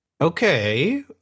Okay